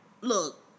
Look